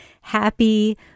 happy